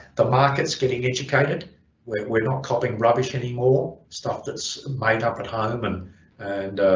the markets getting educated we're not copying rubbish anymore stuff that's made up at home and and